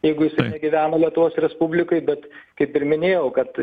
jeigu jis ir negyveno lietuvos respublikai bet kaip ir minėjau kad